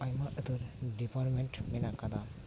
ᱟᱭᱢᱟ ᱩᱛᱟᱹᱨ ᱰᱤᱯᱟᱨᱢᱮᱱᱴ ᱢᱮᱱᱟᱜ ᱟᱠᱟᱫᱟ